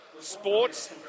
...sports